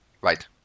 Right